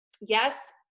Yes